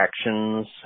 actions